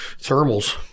thermals